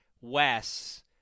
Wes